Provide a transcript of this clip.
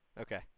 Okay